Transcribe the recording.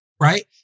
right